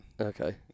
Okay